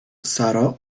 saro